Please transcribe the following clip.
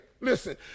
Listen